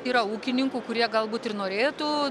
yra ūkininkų kurie galbūt ir norėtų